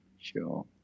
sure